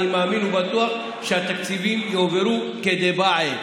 אני מאמין ובטוח שהתקציבים יועברו כדבעי.